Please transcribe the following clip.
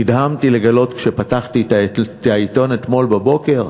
נדהמתי לגלות, כשפתחתי את העיתון אתמול בבוקר,